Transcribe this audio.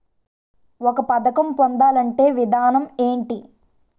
ఒక పథకం పొందాలంటే విధానం ఏంటి?